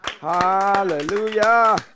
Hallelujah